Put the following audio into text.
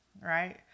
right